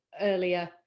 earlier